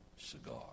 cigar